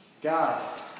God